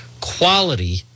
quality